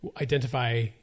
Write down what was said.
identify